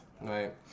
right